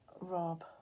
rob